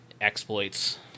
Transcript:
exploits